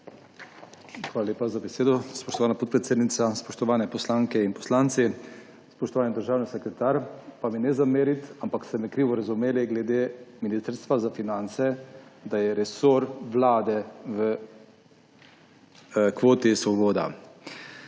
Hvala lepa za besedo, spoštovana podpredsednica. Spoštovane poslanke in poslanci! Spoštovani državni sekretar, pa mi ne zameriti, ampak ste me napačno razumeli glede Ministrstva za finance, da je resor Vlade v kvoti Svoboda.